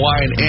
Wine